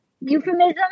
euphemism